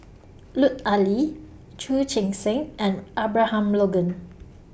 Lut Ali Chu Chee Seng and Abraham Logan